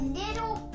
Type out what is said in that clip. little